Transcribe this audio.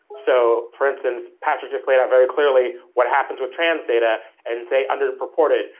so, for instance, patrick just laid out very clearly what happens with trans data, and say under-reported.